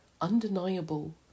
undeniable